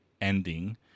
ending